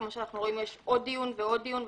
כמו שאנחנו רואים, יש עוד דיון ועוד דיון.